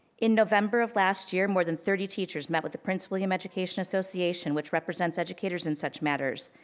in november of last year, more than thirty teachers met with the prince william education association which represents educators in such matters.